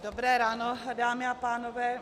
Dobré ráno, dámy a pánové.